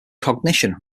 cognition